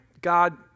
God